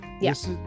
yes